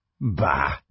Bah